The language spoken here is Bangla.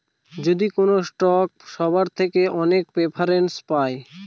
যদি কোনো স্টক সবার থেকে অনেক প্রেফারেন্স পায়